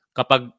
Kapag